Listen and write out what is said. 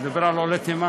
אני מדבר על עולי תימן.